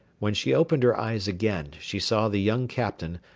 when she opened her eyes again, she saw the young captain,